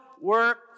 work